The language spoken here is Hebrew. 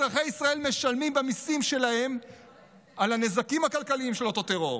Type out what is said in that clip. אזרחי ישראל משלמים במיסים שלהם על הנזקים הכלכליים של אותו טרור,